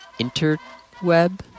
interweb